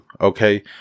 Okay